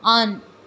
on